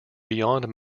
beyond